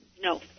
No